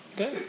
Okay